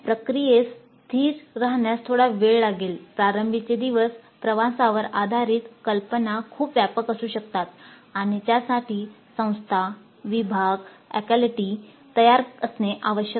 प्रक्रियेस स्थिर राहण्यास थोडा वेळ लागेल प्रारंभीचे दिवस प्रवासावर आधारित कल्पना खूप व्यापक असू शकतात आणि त्यासाठी संस्था विभाग अकॅलटी तयार असणे आवश्यक आहे